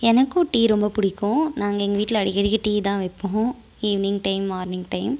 எனக்கும் டீ ரொம்ப புடிக்கும் நாங்கள் எங்கள் வீட்டில அடிக்கடிக்கு டீதான் வைப்போம் ஈவ்னிங் டைம் மார்னிங் டைம்